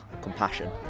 compassion